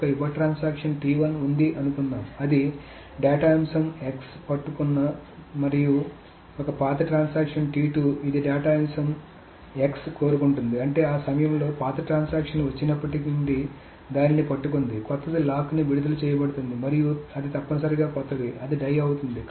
ఒక యువ ట్రాన్సాక్షన్ ఉంది అనుకుందాం అది డేటా అంశం x పట్టుకున్న మరియు ఒక పాత ట్రాన్సాక్షన్ ఇది డేటా అంశం x కోరుకుంటుంది అంటే ఆ సమయంలో పాత ట్రాన్సాక్షన్ వచ్చినప్పటి నుండి దానిని పట్టుకుంది క్రొత్తది లాక్ ని విడుదల చేయబడుతుంది మరియు అది తప్పనిసరిగా కొత్తది అది డై అవుతుంది